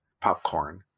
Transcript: popcorn